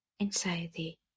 anxiety